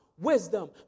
Wisdom